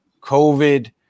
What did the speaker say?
COVID